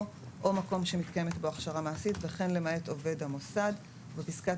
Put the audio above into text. או מקום שמתקיימת בו הכשרה מעשית וכן למעט עובד המוסד"; (2) בפסקת